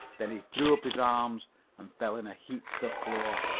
then he threw up his arms and fell in a heap to the floor.